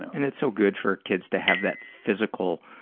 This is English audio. and it's so good for kids to have that physical,